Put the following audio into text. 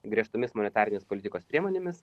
griežtomis monetarinės politikos priemonėmis